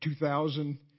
2000